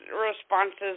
responses